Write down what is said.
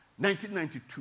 1992